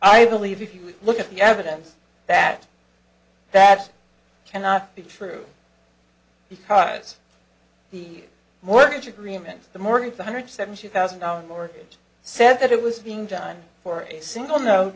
i believe if you look at the evidence that that cannot be true because the mortgage agreements the mortgage one hundred seventy thousand dollars mortgage said that it was being done for a single no